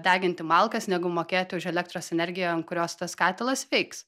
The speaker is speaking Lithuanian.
deginti malkas negu mokėti už elektros energiją ant kurios tas katilas veiks